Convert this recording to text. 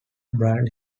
bryan